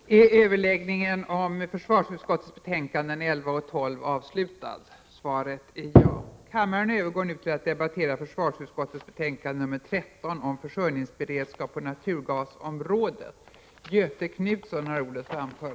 Kammaren övergår nu till att debattera utbildningsutskottets betänkande 34 om anslag till forskningsrådsnämnden m.m. I fråga om detta betänkande hålls gemensam överläggning för samtliga punkter.